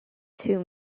two